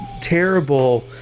terrible